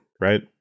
right